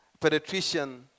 pediatrician